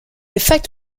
effect